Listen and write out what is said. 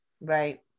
Right